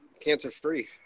cancer-free